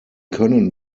können